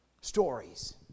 stories